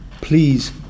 Please